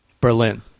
Berlin